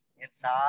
inside